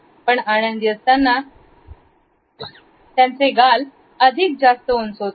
पण आनंदी असताना त्यांचे गाल अधिक जास्त होतात